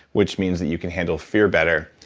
which means that you can handle fear better.